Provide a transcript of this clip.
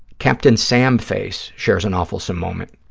captain sam face shares an awfulsome moment.